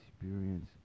experience